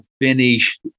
finished